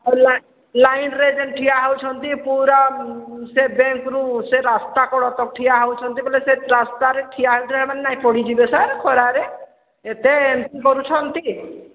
ଆଉ ଲା ଲାଇନ୍ରେ ଯେନ୍ ଠିଆ ହଉଛନ୍ତି ପୁରା ସେ ବେଙ୍କରୁ ସେ ରାସ୍ତା କଡ଼ ତ ଠିଆ ହଉଛନ୍ତି ବୋଲେ ସେ ରାସ୍ତାରେ ଠିଆ ହେଉ ନାଇଁ ପଡ଼ିଯିବେ ସାର୍ ଖରାରେ ଏତେ ଏମିତି କରୁଛନ୍ତି